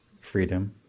freedom